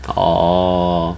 orh